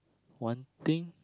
one thing